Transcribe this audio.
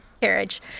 carriage